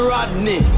Rodney